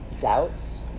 doubts